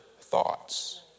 thoughts